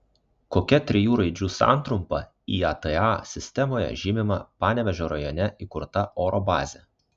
kokia trijų raidžių santrumpa iata sistemoje žymima panevėžio rajone įkurta oro bazė